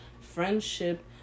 friendship